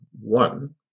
one